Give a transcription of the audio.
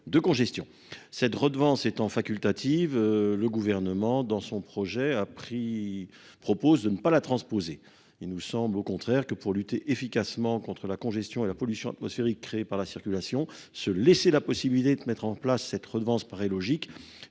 de congestion cette redevance étant facultative. Le gouvernement dans son projet a pris propose de ne pas la transposer. Il nous semble au contraire que pour lutter efficacement contre la congestion et la pollution atmosphérique créée par la circulation se laisser la possibilité de mettre en place cette redevance paraît logique.